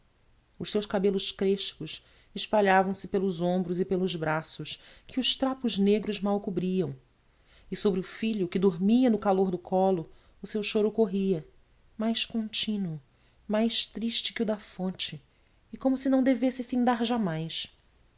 os seus cabelos crespos espalhavam-se pelos ombros e os braços que os trapos negros mal cobriam e sobre o filho que dormia no calor do colo o seu choro corria mais contínuo mais triste que o da fonte e como se não devesse findar jamais